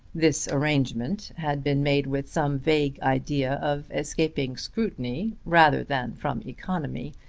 this arrangement had been made with some vague idea of escaping scrutiny rather than from economy.